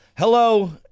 Hello